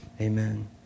amen